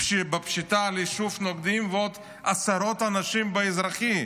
בפשיטה על יישוב נוקדים ועוד עשרות אנשים על אזרחי.